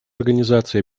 организации